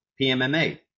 pmma